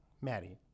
Maddie